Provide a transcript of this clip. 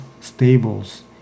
stables